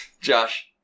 Josh